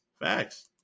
Facts